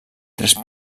tres